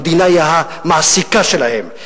המדינה היא המעסיקה שלהם,